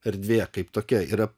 erdvė kaip tokia yra